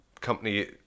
company